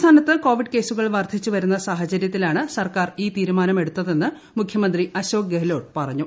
സംസ്ഥാനത്ത് കോവിഡ് കേസുകൾ വർദ്ധിച്ചു വരുന്ന സാഹചര്യത്തിലാണ് സർക്കാർ ഈ തീരുമാനമെടുത്തതെന്ന് മുഖ്യമന്ത്രി അശോക് ഗെഹ്ലോട്ട് പറഞ്ഞു